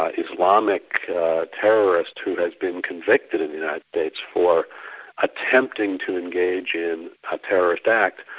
ah islamic terrorist who has been convicted in the united states for attempting to engage in a terrorist act,